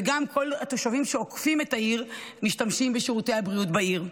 וגם כל התושבים שעוקפים את העיר משתמשים בשירותי הבריאות בעיר.